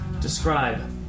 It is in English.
Describe